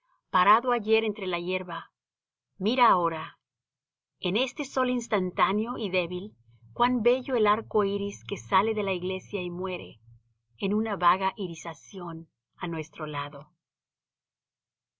parado ayer entre la hierba mira ahora en este sol instantáneo y débil cuan bello el arco iris que sale de la iglesia y muere en una vaga irisación á nuestro lado